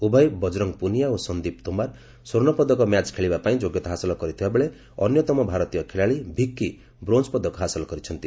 ଉଭୟ ବଜରଙ୍ଗ ପୁନିଆ ଓ ସନ୍ଦୀପ ତୋମାର ସ୍ପର୍ଣ୍ଣପଦକ ମ୍ୟାଚ୍ ଖେଳିବା ପାଇଁ ଯୋଗ୍ୟତା ହାସଲ କରିଥିବା ବେଳେ ଅନ୍ୟତମ ଭାରତୀୟ ଖେଳାଳି ଭିକି ବ୍ରୋଞ୍ଜ୍ ପଦକ ହାସଲ କରିଛନ୍ତି